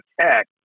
Tech